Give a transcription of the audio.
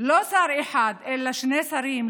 לא שר אחד אלא שני שרים,